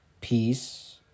Peace